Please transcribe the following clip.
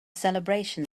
celebration